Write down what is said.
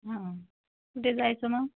हा कुठे जायचं मग